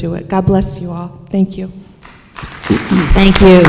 do it god bless you all thank you thank you